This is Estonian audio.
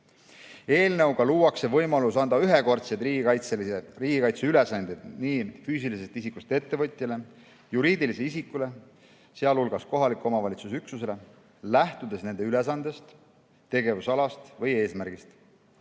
Eelnõuga luuakse võimalus anda ühekordseid riigikaitseülesandeid füüsilisest isikust ettevõtjale, juriidilisele isikule, sh kohaliku omavalitsuse üksusele, lähtudes nende ülesandest, tegevusalast või eesmärgist.